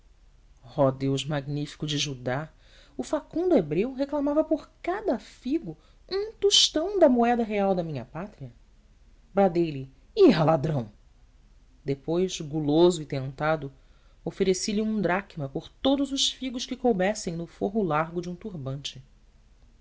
oh deus magnífico de judá o facundo hebreu reclamava por cada figo um tostão da moeda real da minha pátria bradei lhe irra ladrão depois guloso e tentado ofereci lhe uma dracma por todos os figos que coubessem no forro largo de um turbante